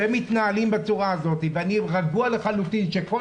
שהם מתנהלים בצורה הזאת ואני רגוע לחלוטין שכל